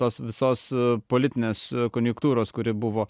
tos visos politinės konjunktūros kuri buvo